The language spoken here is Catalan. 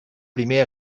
primer